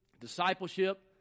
discipleship